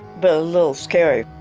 but a little scary.